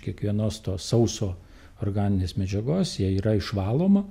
kiekvienos to sauso organinės medžiagos jie yra išvaloma